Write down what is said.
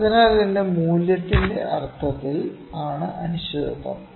അതിനാൽ എന്റെ മൂല്യത്തിന്റെ അർത്ഥത്തിൽ ആണ് അനിശ്ചിതത്വം